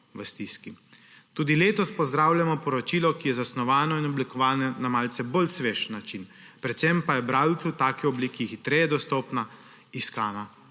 Tudi letos pozdravljamo poročilo, ki je zasnovano in oblikovano na malce bolj svež način, predvsem pa je bralcu v taki obliki hitreje dostopna iskana